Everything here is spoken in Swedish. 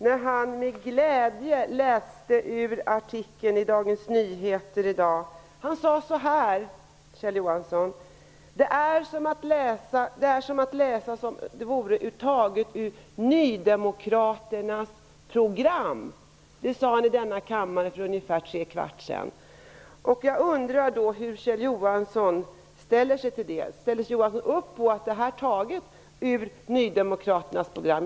Han läste med glädje ur en artikel i Dagens Nyheter i dag. Han sade att det var som att läsa något som var taget ur nydemokraternas program. Det sade han i denna kammare för ungefär tre kvart sedan. Jag undrar hur Kjell Johansson ställer sig till det. Håller Kjell Johansson med om att detta är taget ur nydemokraternas program?